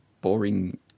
boring